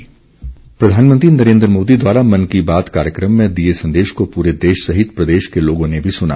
मन की बात प्रधानमंत्री नरेन्द्र मोदी द्वारा मन की बात कार्यक्रम में दिए संदेश को पूरे देश सहित प्रदेश के लोगों ने भी सुना